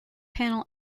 panel